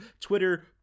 Twitter